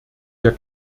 der